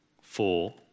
four